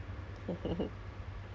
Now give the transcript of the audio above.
COVID mah